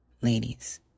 Ladies